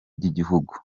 by’igihugu